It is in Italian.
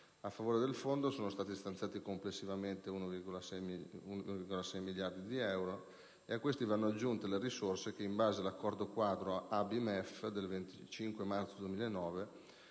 A favore del Fondo sono stati stanziati complessivamente 1,5 miliardi di euro e a questi vanno aggiunte le risorse che, in base all'accordo quadro Associazione